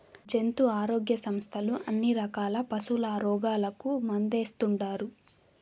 జంతు ఆరోగ్య సంస్థలు అన్ని రకాల పశుల రోగాలకు మందేస్తుండారు